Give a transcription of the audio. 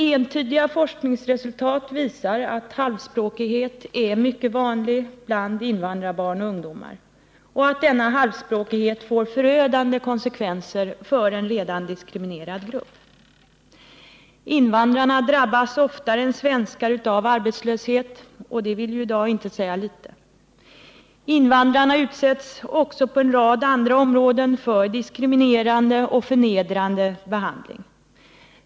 Entydiga forskningsresultat visar att halvspråkighet är mycket vanlig bland invandrarbarn och invandrarungdomar och att denna halvspråkighet får förödande konsekvenser för en redan diskriminerad grupp. Invandrarna drabbas oftare än svenskar av arbetslöshet, och det vill ju i dag inte säga litet. Invandrarna utsätts också på en rad andra områden för diskriminerande och förnedrande behandling.